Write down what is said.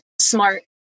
smart